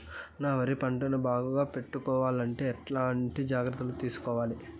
నా వరి పంటను బాగా పెట్టుకోవాలంటే ఎట్లాంటి జాగ్రత్త లు తీసుకోవాలి?